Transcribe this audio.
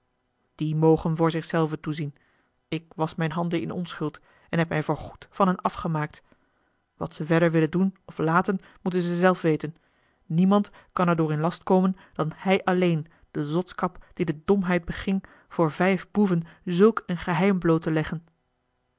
die mogen voor zich zelven toezien ik wasch mijne handen in onschuld en heb mij voor goed van hen afgemaakt wat ze verder willen doen of laten moeten ze zelf weten niemand kan er door in last komen dan hij alleen de zotskap die de domheid beging voor vijf boeven zulk een geheim bloot te leggen